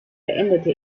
beendete